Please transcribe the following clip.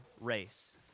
race